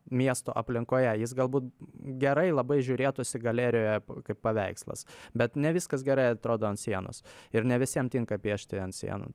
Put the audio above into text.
miesto aplinkoje jis galbūt gerai labai žiūrėtųsi galerijoje kaip paveikslas bet ne viskas gerai atrodo ant sienos ir ne visiem tinka piešti ant sienų